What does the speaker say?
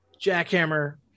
jackhammer